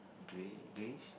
can we can we